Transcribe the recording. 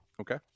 Okay